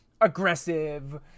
aggressive